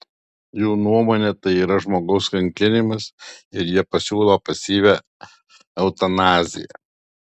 jų nuomone tai yra žmogaus kankinimas ir jie pasiūlo pasyvią eutanaziją